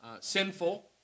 sinful